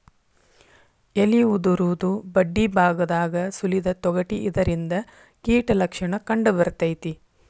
ಎಲಿ ಉದುರುದು ಬಡ್ಡಿಬಾಗದಾಗ ಸುಲಿದ ತೊಗಟಿ ಇದರಿಂದ ಕೇಟ ಲಕ್ಷಣ ಕಂಡಬರ್ತೈತಿ